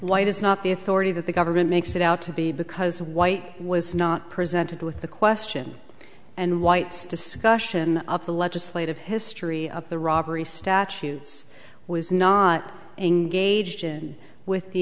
why it is not the authority that the government makes it out to be because white was not presented with the question and whites discussion of the legislative history of the robbery statues was not engaged in with the